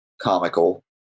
comical